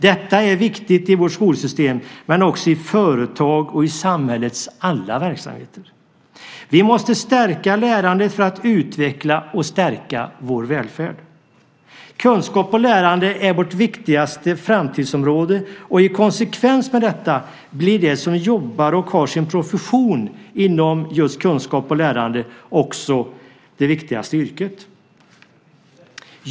Detta är viktigt i vårt skolsystem men också i företag och i samhällets alla verksamheter. Vi måste stärka lärandet för att utveckla och stärka vår välfärd. Kunskap och lärande är vårt viktigaste framtidsområde, och i konsekvens med detta har de som jobbar och har sin profession inom just kunskap och lärande också det viktigaste yrket.